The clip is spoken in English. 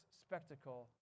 spectacle